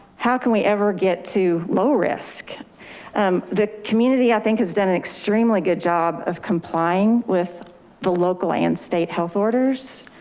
how can we ever get to low-risk? the community i think has done an extremely good job of complying with the local and state health orders.